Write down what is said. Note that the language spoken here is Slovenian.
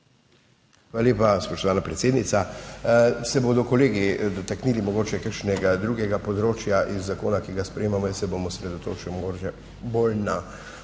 Hvala lepa, spoštovana predsednica. Se bodo kolegi dotaknili mogoče kakšnega drugega področja iz zakona, ki ga sprejemamo, jaz se bom osredotočil mogoče bolj na občine,